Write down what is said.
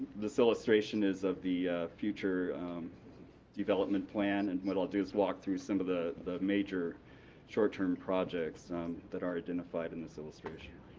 this illustration is of the future development plan. and what i'll do is walk through some of the the major short-term projects that are identified in this illustration.